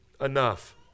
enough